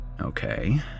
okay